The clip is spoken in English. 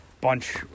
bunch